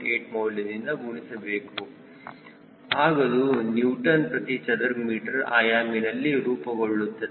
8 ಮೌಲ್ಯದಿಂದ ಗುಣಿಸಬೇಕು ಆಗದು ನ್ಯೂಟನ್ ಪ್ರತಿ ಚದರ ಮೀಟರ್ ಆಯಾಮಿನಲ್ಲಿ ರೂಪಗೊಳ್ಳುತ್ತದೆ